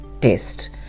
taste